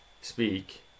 speak